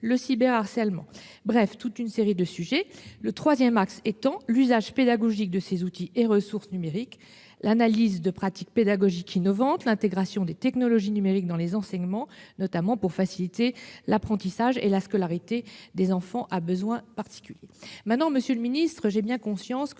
le cyberharcèlement ... Le troisième est celui de l'usage pédagogique de ces outils et ressources numériques : analyse de pratiques pédagogiques innovantes, intégration des technologies numériques dans les enseignements, notamment pour faciliter l'apprentissage et la scolarité des élèves à besoins particuliers. Monsieur le ministre, j'ai bien conscience que